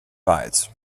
fights